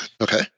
Okay